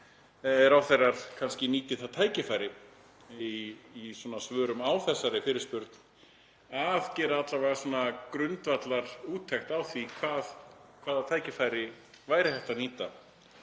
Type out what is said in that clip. að ráðherrar nýti það tækifæri í svörum við þessari fyrirspurn að gera alla vega grundvallarúttekt á því hvaða tækifæri væri hægt að nýta